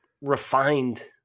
refined